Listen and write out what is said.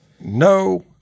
no